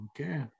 Okay